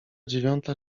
dziewiąta